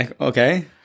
Okay